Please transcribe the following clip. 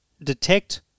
Detect